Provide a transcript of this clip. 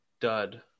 dud